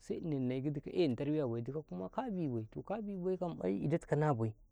se ini nekaw gidi ka eni tarbiyama ƙyawo bai dikaw kuma kabibai toh kabibai kam idawtikaw nabai.